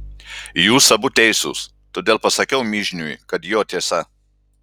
jūs abu teisūs todėl pasakiau mižniui kad jo tiesa